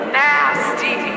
nasty